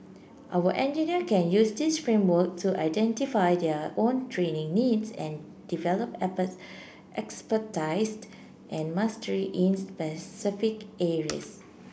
our engineer can use this framework to identify their own training needs and develop expertise and mastery in specific areas